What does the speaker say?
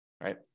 right